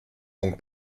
donc